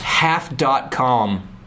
Half.com